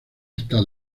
estado